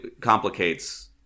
complicates